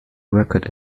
record